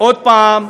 עוד פעם,